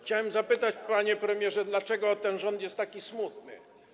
Chciałem zapytać, panie premierze, dlaczego ten rząd jest taki smutny.